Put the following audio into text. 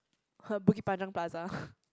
Bukit-Panjang plaza